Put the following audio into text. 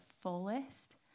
fullest